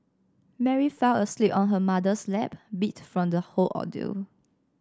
Mary fell asleep on her mother's lap beat from the whole ordeal